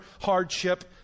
hardship